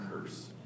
curse